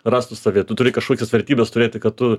rastų save tu turi kažkokias vertybes turėti kad tu